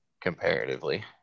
comparatively